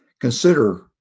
Consider